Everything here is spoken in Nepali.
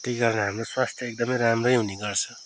त्यही कारण हाम्रो स्वास्थ्य एकदमै राम्रै हुने गर्छ